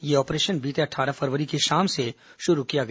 यह ऑपरेशन बीते अट्ठारह फरवरी की शाम से शुरू किया गया